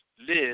live